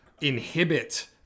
inhibit